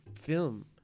film